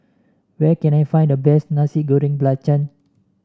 where can I find the best Nasi Goreng Belacan